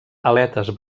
aletes